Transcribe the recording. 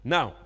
Now